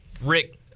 Rick